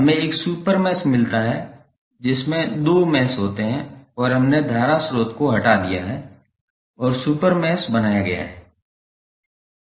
हमें एक super mesh मिलता है जिसमें दो मैश होते हैं और हमने धारा स्रोत को हटा दिया है और सुपर मैश बनाया है